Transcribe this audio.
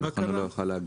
ולכן לא הוא לא יכול להגיע.